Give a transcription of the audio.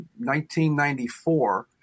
1994